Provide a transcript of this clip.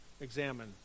examine